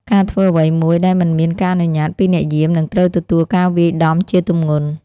ការធ្វើអ្វីមួយដែលមិនមានការអនុញ្ញាតពីអ្នកយាម នឹងត្រូវទទួលការវាយដំជាទម្ងន់។